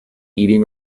eating